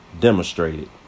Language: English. demonstrated